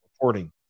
reporting